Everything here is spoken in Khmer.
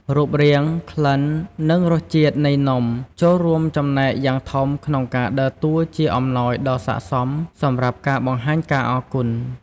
រូបរាង ក្លិន និងរសជាតិនៃនំចូលរួមចំណែកយ៉ាងធំក្នុងការដើរតួជាអំណោយដ៏សាកសមសម្រាប់ការបង្ហាញការអរគុណ។